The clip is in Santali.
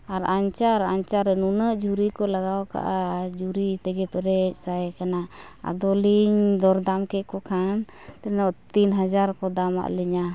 ᱟᱨ ᱟᱧᱪᱟᱨ ᱟᱧᱪᱟᱨ ᱨᱮ ᱱᱩᱱᱟᱹᱜ ᱡᱷᱩᱨᱤ ᱠᱚ ᱞᱟᱜᱟᱣ ᱠᱟᱜᱼᱟ ᱡᱷᱩᱨᱤ ᱛᱮᱜᱮ ᱯᱮᱨᱮᱡ ᱥᱟᱭ ᱠᱟᱱᱟ ᱟᱫᱚ ᱞᱤᱧ ᱫᱚᱨ ᱫᱟᱢ ᱠᱮᱫ ᱠᱚ ᱠᱷᱟᱱ ᱛᱤᱱᱟᱹᱜ ᱛᱤᱱ ᱦᱟᱡᱟᱨ ᱠᱚ ᱫᱟᱢ ᱟᱫ ᱞᱤᱧᱟᱹ